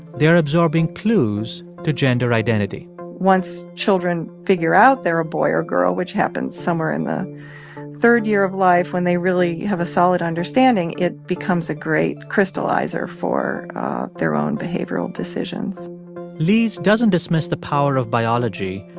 they're absorbing clues to gender identity once children figure out they're a boy or girl, which happens somewhere in the third year of life when they really have a solid understanding, it becomes a great crystallizer for their own behavioral decisions lise doesn't dismiss the power of biology,